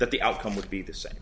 that the outcome would be the same